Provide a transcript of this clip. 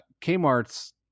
Kmart's